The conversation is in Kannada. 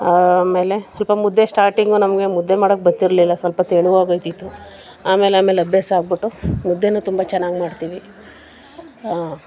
ಆಮೇಲೆ ಸ್ವಲ್ಪ ಮುದ್ದೆ ಸ್ಟಾರ್ಟಿಂಗು ನಮಗೆ ಮುದ್ದೆ ಮಾಡೋಕೆ ಬರ್ತಿರ್ಲಿಲ್ಲ ಸ್ವಲ್ಪ ತೆಳು ಆಗೋಗ್ತಿತ್ತು ಆಮೇಲೆ ಆಮೇಲೆ ಅಭ್ಯಾಸ ಆಗಿಬಿಟ್ಟು ಮುದ್ದೆಯೂ ತುಂಬ ಚೆನ್ನಾಗಿ ಮಾಡ್ತೀವಿ